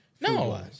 No